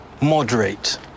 moderate